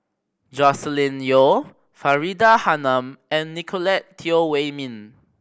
Joscelin Yeo Faridah Hanum and Nicolette Teo Wei Min